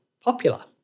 popular